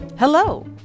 Hello